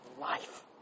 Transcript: Life